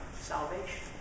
salvation